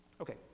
Okay